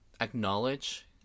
acknowledge